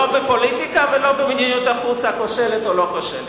לא בפוליטיקה ולא במדיניות החוץ הכושלת או לא-כושלת.